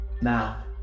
Now